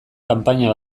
kanpaina